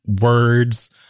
words